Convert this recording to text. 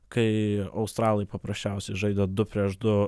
kai australai paprasčiausiai žaidė du prieš du